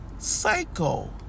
Psycho